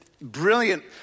brilliant